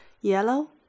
Yellow